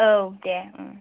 औ दे